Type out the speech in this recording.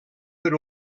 per